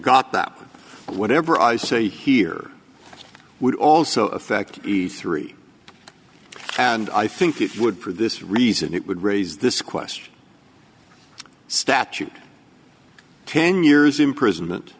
got that whatever i say here it would also affect three and i think it would for this reason it would raise this question statute ten years imprisonment